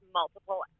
multiple